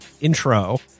intro